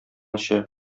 эчә